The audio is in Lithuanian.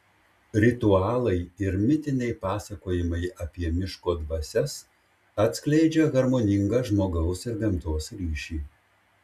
ritualai ir mitiniai pasakojimai apie miško dvasias atskleidžia harmoningą žmogaus ir gamtos ryšį